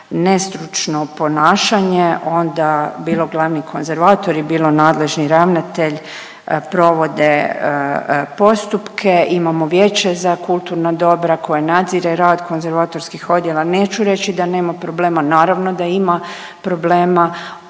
nestručno ponašanje, onda bilo glavni konzervator i bilo nadležni ravnatelj, provode postupke. Imamo Vijeće za kulturna dobra koje nadzire rad konzervatorskih odjela. Neću reći da nema problema, naravno da ima problema,